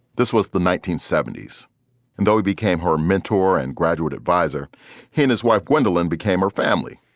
this was the nineteen seventy s and though he became her mentor and graduate advisor, he and his wife gwendolyn became her family.